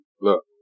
Look